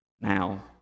Now